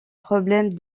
problèmes